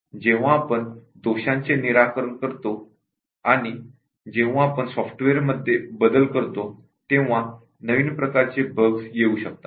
जेव्हा आपण दोषांचे निराकरण करतो आणि जेव्हा आपण सॉफ्टवेअरमध्ये बदल करतो तेव्हा नवीन प्रकारचे बग्स येऊ शकतात